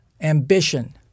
ambition